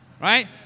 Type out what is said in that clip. Right